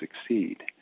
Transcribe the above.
succeed